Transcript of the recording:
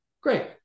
great